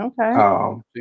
Okay